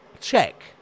Check